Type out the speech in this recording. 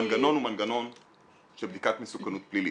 -- המנגנון הוא מנגנון של בדיקת מסוכנות פלילית.